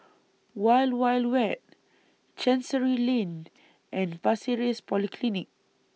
Wild Wild Wet Chancery Lane and Pasir Ris Polyclinic